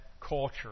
culture